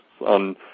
on